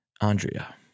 Andrea